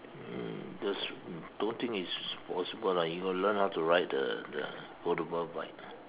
um just don't think it's possible lah you got to learn how to ride the the portable bike